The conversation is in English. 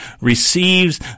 receives